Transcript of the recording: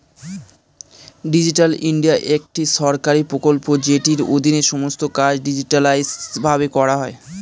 digital India একটি সরকারি প্রকল্প যেটির অধীনে সমস্ত কাজ ডিজিটালাইসড ভাবে করা হয়